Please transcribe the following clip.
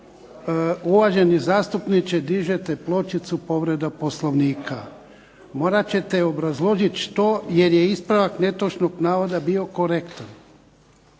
Uvaženi zastupniče dižete pločicu povreda Poslovnika. Morat ćete obrazložiti što jer je ispravak netočnog navoda bio korektan.